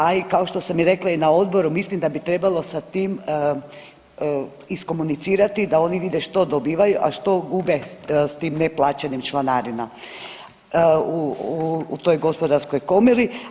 A i kao što sam rekla i na odboru mislim da bi trebalo sa tim iskomunicirati da oni vide što dobivaju, a što gube sa tim neplaćanjem članarina u toj Gospodarskoj komori.